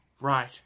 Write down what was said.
right